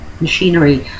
machinery